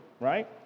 right